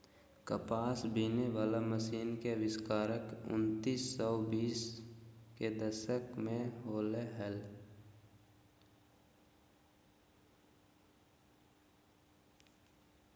कपास बिनहे वला मशीन के आविष्कार उन्नीस सौ बीस के दशक में होलय हल